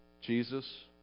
Jesus